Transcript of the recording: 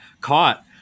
caught